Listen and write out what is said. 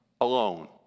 alone